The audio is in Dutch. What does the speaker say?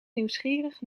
nieuwsgierig